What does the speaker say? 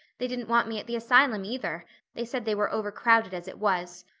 they didn't want me at the asylum, either they said they were over-crowded as it was.